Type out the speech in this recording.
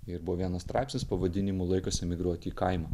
ir buvo vienas straipsnis pavadinimu laikas emigruoti į kaimą